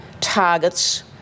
targets